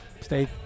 Stay